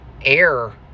air